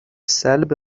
سلب